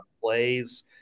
plays